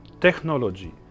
technology